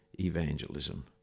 evangelism